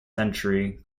century